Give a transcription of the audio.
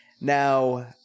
Now